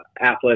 athletic